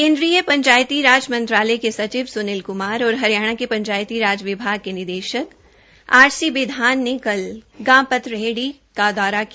केन्द्रीय पंचायती राज मंत्रालय के सचिव सुनिल कुमार और हरियाणा के पंचायती राज विभाग के निदेषक आर सी बिधान ने कल गांव पतरेहडी कॉ दौरा किया